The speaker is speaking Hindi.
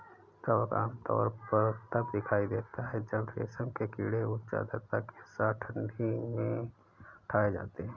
कवक आमतौर पर तब दिखाई देता है जब रेशम के कीड़े उच्च आर्द्रता के साथ ठंडी में उठाए जाते हैं